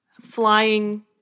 flying